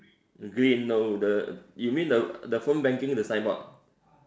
green no the you mean the the phone banking the sign board